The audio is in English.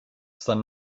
sun